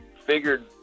figured